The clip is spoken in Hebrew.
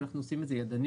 אנחנו עושים את זה ידנית,